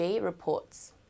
reports